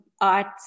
arts